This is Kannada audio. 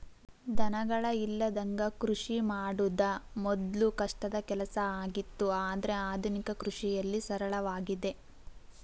ದನಗಳ ಇಲ್ಲದಂಗ ಕೃಷಿ ಮಾಡುದ ಮೊದ್ಲು ಕಷ್ಟದ ಕೆಲಸ ಆಗಿತ್ತು ಆದ್ರೆ ಆದುನಿಕ ಕೃಷಿಯಲ್ಲಿ ಸರಳವಾಗಿದೆ